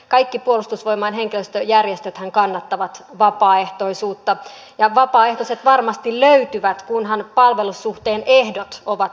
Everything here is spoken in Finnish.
kaikki puolustusvoimain henkilöstöjärjestöthän kannattavat vapaaehtoisuutta ja vapaaehtoiset varmasti löytyvät kunhan palvelussuhteen ehdot ovat kunnossa